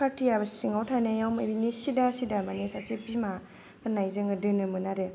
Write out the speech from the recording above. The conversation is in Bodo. फारथिया सिङाव थानायाव ओरैनि सिदा सिदा माने सासे बिमा होननाय जोङो दोनोमोन आरो